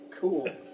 Cool